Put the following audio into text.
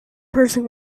person